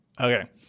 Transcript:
Okay